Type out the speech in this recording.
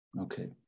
Okay